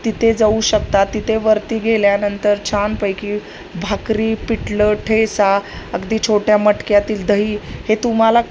तिथे जाऊ शकताात तिथे वरती गेल्यानंतर छानपैकी भाकरी पिटलं ठेसा अगदी छोट्या मटक्यातील दही हे तुम्हाला